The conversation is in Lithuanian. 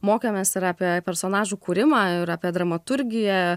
mokėmės ir apie personažų kūrimą ir apie dramaturgiją